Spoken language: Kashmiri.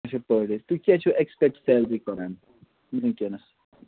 اچھا پٔر ڈے تُہۍ کیٛاہ چھُو اٮ۪کٕسپٮ۪کٹ سیلری کران وٕنۍکٮ۪نَس